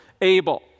Abel